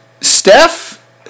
Steph